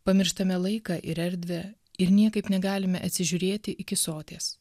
pamirštame laiką ir erdvę ir niekaip negalime atsižiūrėti iki soties